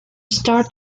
star